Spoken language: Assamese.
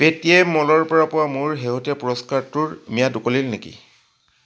পে'টিএম মলৰ পৰা পোৱা মোৰ শেহতীয়া পুৰস্কাৰটোৰ ম্যাদ উকলিল নেকি